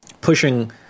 pushing